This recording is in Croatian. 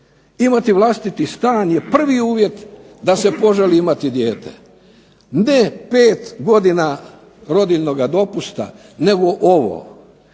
Imati vlastiti stan je prvi uvjet da se poželi imati dijete, ne pet godina rodiljnoga dopusta, nego ovo,